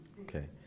Okay